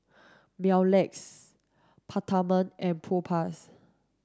Mepilex Peptamen and Propass